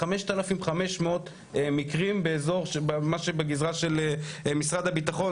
5,500 מקרים באזור שמה שבגזרה של משרד הביטחון,